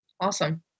Awesome